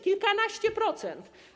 Kilkanaście procent.